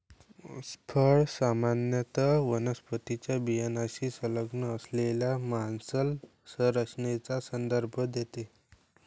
फळ सामान्यत वनस्पतीच्या बियाण्याशी संलग्न असलेल्या मांसल संरचनेचा संदर्भ देते